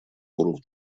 уровне